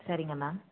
சரிங்க மேம்